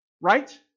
Right